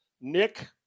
Nick